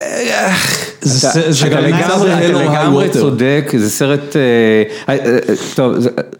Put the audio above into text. לגמרי צודק זה סרט טוב